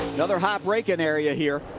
another half braking area here.